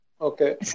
Okay